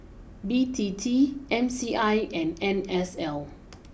B T T M C I and N S L